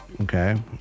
Okay